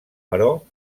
però